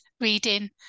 reading